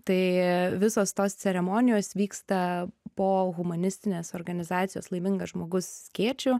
tai visos tos ceremonijos vyksta po humanistinės organizacijos laimingas žmogus skėčiu